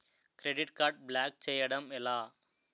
Credit card block చేయడం ఎలా?